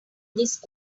these